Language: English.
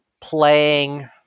playing